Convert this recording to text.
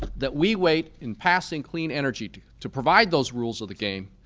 that we wait in passing clean energy, to to provide those rules of the game,